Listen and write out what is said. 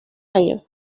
año